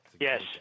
Yes